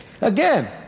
Again